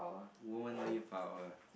womanly power